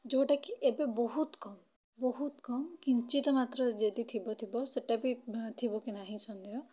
ଯୋଉଟା କି ଏବେ ବହୁତ କମ୍ ବହୁତ କମ୍ କିଞ୍ଚିତ ମାତ୍ରାରେ ଯଦି ଥିବ ଥିବ ସେଟା ବି ଥିବ କି ନାହିଁ ସନ୍ଦେହ